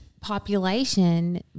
population